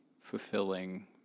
fulfilling